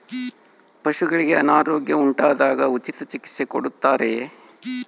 ಪಶುಗಳಿಗೆ ಅನಾರೋಗ್ಯ ಉಂಟಾದಾಗ ಉಚಿತ ಚಿಕಿತ್ಸೆ ಕೊಡುತ್ತಾರೆಯೇ?